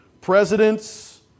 Presidents